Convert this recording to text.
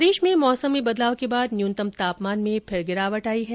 प्रदेश में मौसम में बदलाव के बाद न्यूनतम तापमान में फिर गिरावट आई है